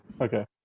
Okay